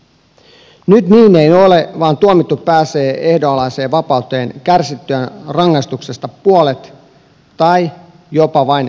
nyt niin ei ole vaan tuomittu pääsee ehdonalaiseen vapauteen kärsittyään rangaistuksesta puolet tai jopa vain kolmasosan